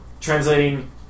translating